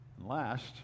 Last